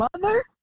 mother